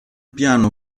piano